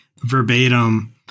verbatim